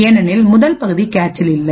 ஏனெனில் முதல் பகுதி கேச்சில் இல்லை